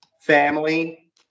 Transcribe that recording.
Family